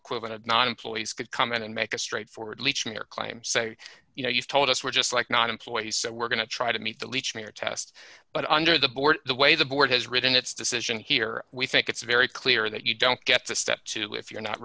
equivalent of not employees could come in and make a straightforward leachman or claim say you know you've told us we're just like not employees so we're going to try to meet the leach near test but under the board the way the board has written its decision here we think it's very clear that you don't get to step two if you're not